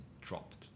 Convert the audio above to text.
dropped